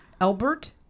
albert